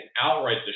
outright